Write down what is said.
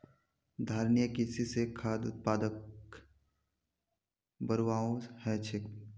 धारणिये कृषि स खाद्य उत्पादकक बढ़ववाओ ह छेक